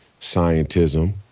scientism